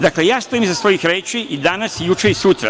Dakle, ja stojim iza svojih reči i danas i juče i sutra.